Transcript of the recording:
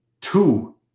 two